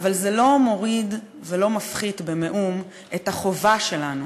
אבל זה לא מוריד ולא מפחית במאום את החובה שלנו,